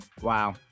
Wow